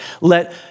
let